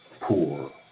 Poor